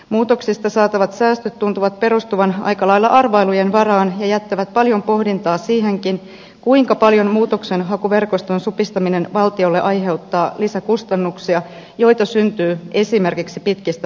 muutoksista saatavat säästöt tuntuvat perustuvan aika lailla arvailujen varaan ja jättävät paljon pohdintaa siihenkin kuinka paljon muutoksenhakuverkoston supistaminen valtiolle aiheuttaa lisäkustannuksia joita syntyy esimerkiksi pitkistä välimatkoista